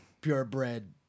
purebred